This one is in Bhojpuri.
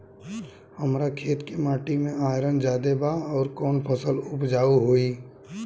हमरा खेत के माटी मे आयरन जादे बा आउर कौन फसल उपजाऊ होइ?